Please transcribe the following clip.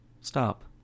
stop